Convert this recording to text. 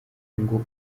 ngo